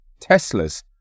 Teslas